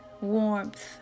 warmth